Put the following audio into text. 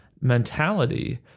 mentality